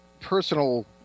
personal